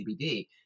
CBD